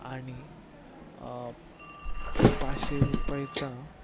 आणि पाचशे रुपयाचा